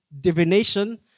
Divination